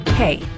Hey